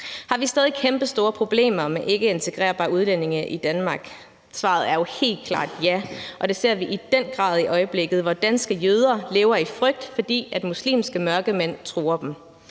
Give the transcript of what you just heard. Har vi stadig kæmpestore problemer med ikkeintegrerbare udlændinge i Danmark? Svaret er jo helt klart ja, og det ser vi i den grad i øjeblikket, hvor danske jøder lever i frygt, fordi muslimske mørkemænd truer dem.